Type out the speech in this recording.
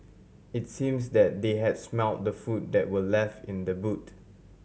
it's seems that they had smelt the food that were left in the boot